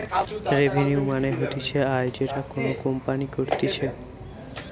revenue মানে হতিছে আয় যেটা কোনো কোম্পানি করতিছে